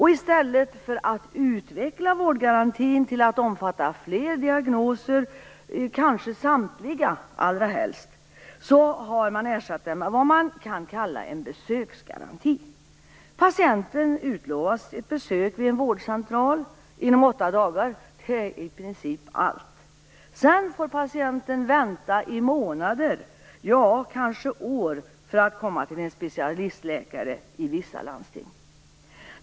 I stället för att utveckla vårdgarantin till att omfatta fler diagnoser - allra helst samtliga - har man ersatt den med vad man kan kalla en besöksgaranti. Patienten utlovas ett besök på en vårdcentral inom åtta dagar. Det är i princip allt. Sedan får patienten i vissa landsting vänta i månader, kanske år, för att få komma till en specialistläkare.